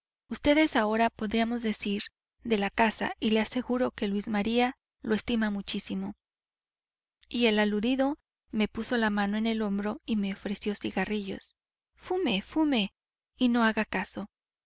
agrado vd es ahora podríamos decir de la casa y le aseguro que luis maría lo estima muchísimo el aludido me puso la mano en el hombro y me ofreció cigarrillos fume fume y no haga caso